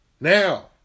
Now